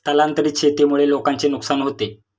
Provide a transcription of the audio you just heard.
स्थलांतरित शेतीमुळे लोकांचे नुकसान होते